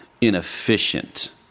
inefficient